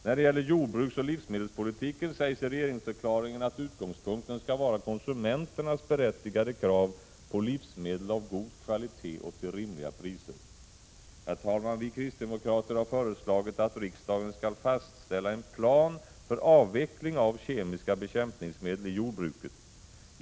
När det gäller jordbruksoch livsmedelspolitiken sägs i regeringsförklaringen att utgångspunkten skall vara konsumenternas berättigade krav på livsmedel av god kvalitet och till rimliga priser. Vi kristdemokrater har föreslagit att riksdagen skall fastställa en plan för avveckling av kemiska bekämpningsmedel i jordbruket.